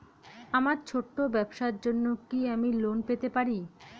আমার ছোট্ট ব্যাবসার জন্য কি আমি লোন পেতে পারি?